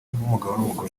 nk’umugabo